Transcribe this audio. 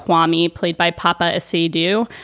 quami, played by poppa seydou,